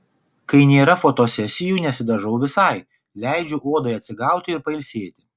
kai nėra fotosesijų nesidažau visai leidžiu odai atsigauti ir pailsėti